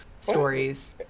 stories